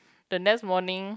the next morning